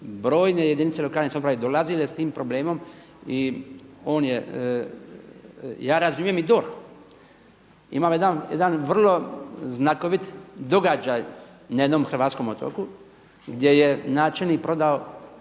brojne jedinice lokalne samouprave dolazile sa tim problemom i on je. Ja razumijem i DORH, imamo jedan vrlo znakovit događaj na jednom hrvatskom otoku gdje je načelnik prodao